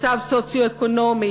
מצב סוציו-אקונומי,